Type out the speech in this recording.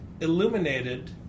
illuminated